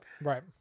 Right